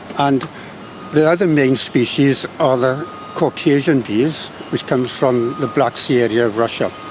and the other main species are the caucasian bees, which comes from the black sea area of russia,